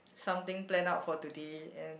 something planned out for today and